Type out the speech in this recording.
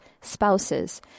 spouses